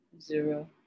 Zero